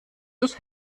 ist